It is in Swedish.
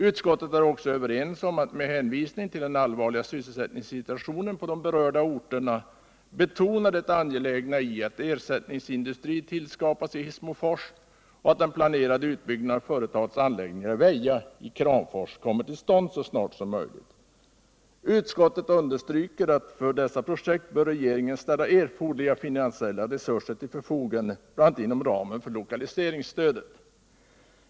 Utskottet är också överens om att med hänvisning till den allvarliga sysselsättningssituationen på de berörda orterna betona det angelägna i att en ersättningsindustri tillskapas i Hissmofors och att den planerade utbyggnaden av företagets anläggningar i Väja i Kramfors kommer till stånd så snart som möjligt. Utskottet understryker att regeringen för dessa projekt bör ställa erforderliga finansiella resurser till förfogande bl.a. inom ramen för lokaliseringsstödet.